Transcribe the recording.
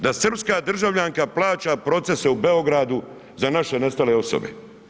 Da srpska državljanka plaća procese u Beogradu za naše nestale osobe.